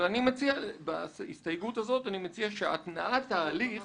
אבל אני מציע שהתנעת התהליך